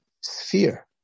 sphere